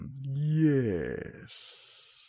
yes